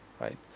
right